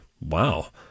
Wow